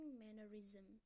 mannerism